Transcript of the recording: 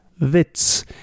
Witz